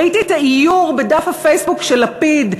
ראיתי את האיור בדף הפייסבוק של לפיד,